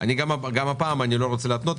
גם הפעם אני לא רוצה להתנות,